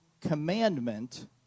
commandment